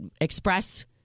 express